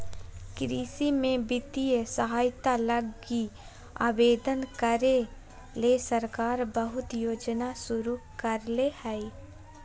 कृषि में वित्तीय सहायता लगी आवेदन करे ले सरकार बहुत योजना शुरू करले हइ